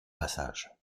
passage